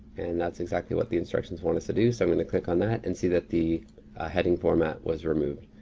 and that's exactly what the instructions want us to do. so i'm gonna click on that and see that the heading format was removed.